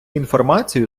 інформацію